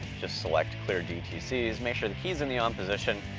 just select clear dtc, make sure the key's in the on position,